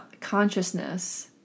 consciousness